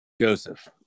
Joseph